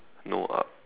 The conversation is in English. no up